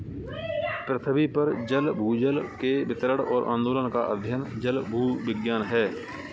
पृथ्वी पर जल भूजल के वितरण और आंदोलन का अध्ययन जलभूविज्ञान है